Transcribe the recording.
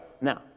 Now